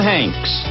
Hanks